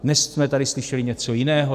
Dnes jsme tady slyšeli něco jiného.